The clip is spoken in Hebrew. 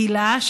הילה,